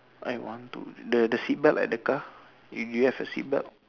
eh one two the the seat belt at the car you you have the seat belt